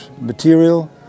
material